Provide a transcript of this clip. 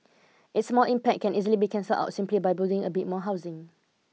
its small impact can easily be cancelled out simply by building a bit more housing